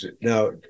now